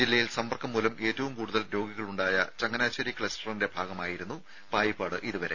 ജില്ലയിൽ സമ്പർക്കം മൂലം ഏറ്റവും കൂടുതൽ രോഗികളുണ്ടായ ചങ്ങനാശേരി ക്ലസ്റ്ററിന്റെ ഭാഗമായിരുന്നു പായിപ്പാട് ഇതുവരെ